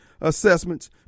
assessments